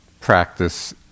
practice